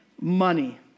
money